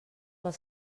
pel